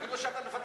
כמו שאתה מפתח,